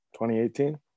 2018